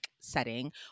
setting